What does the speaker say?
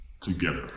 Together